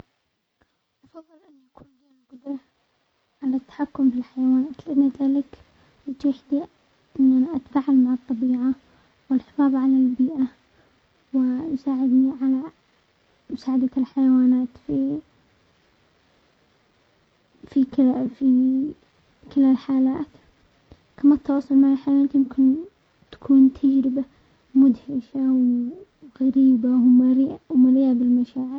افضل ان يكون لي القدرة على التحكم في الحيوانات، لان ذلك يتيح لي انا اتفاعل مع الطبيعة والحفاظ على البيئة ويساعدني على مساعدة الحيوانات في-في -في كلا الحالات، كما التواصل مع الحيوانات يمكن تكون تجربة مدهشة وغريبة ومليئ-ومليئة بالمشاعر.